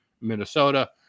minnesota